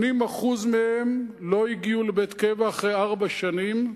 80% מהם לא הגיעו לבית קבע אחרי ארבע שנים,